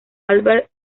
albert